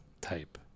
type